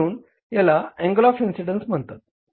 म्हणून याला angle of incidence म्हणतात